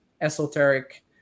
esoteric